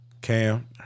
Cam